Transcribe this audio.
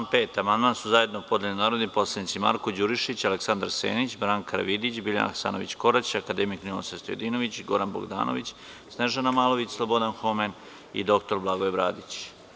Na član 5. amandman su zajedno podneli narodni poslanici Marko Đurišić, Aleksandar Senić, Branka Karavidić, Biljana Hasanović Korać, akademik Ninoslav Stojadinović, Goran Bogdanović, Snežana Malović, Slobodan Homen i dr Blagoje Bradić.